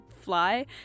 fly